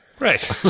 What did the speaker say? Right